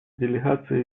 делегации